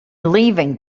leaving